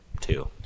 two